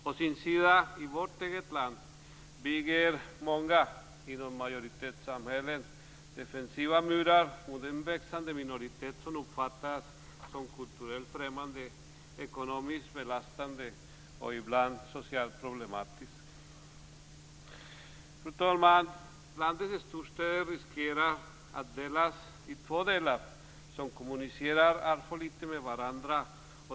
Å sin sida bygger många inom majoriteten i vårt land defensiva murar mot en växande minoritet som uppfattas som kulturellt främmande, ekonomiskt belastande och ibland socialt problematisk. Fru talman! Landets storstäder riskerar att delas i två delar som kommunicerar alltför litet med varandra.